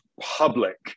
public